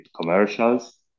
commercials